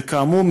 וכאמור,